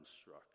struck